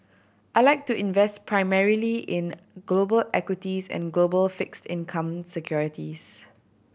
I like to invest primarily in global equities and global fixed income securities